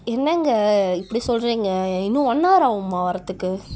என்னங்க இப்படி சொல்கிறீங்க இன்னும் ஒன் ஹவர் ஆகுமா வரதுக்கு